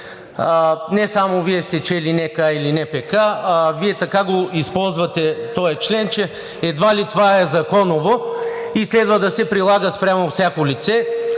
не само Вие сте чели НК и НПК, Вие така го използвате този член, че едва ли това е законово и следва да се прилага спрямо всяко лице.